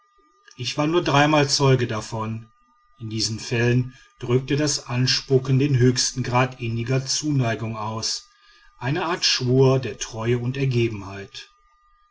ich war nur dreimal zeuge davon in diesen fällen drückte das ausspucken den höchsten grad inniger zuneigung aus eine art schwur der treue und ergebenheit